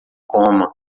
coma